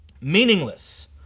meaningless